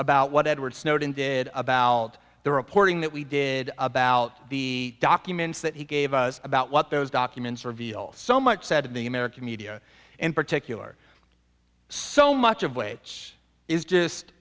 about what edward snowden did about the reporting that we did about the documents that he gave us about what those documents reveal so much said the american media in particular so much of weight is just